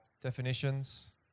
definitions